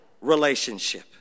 relationship